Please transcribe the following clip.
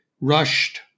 Rushed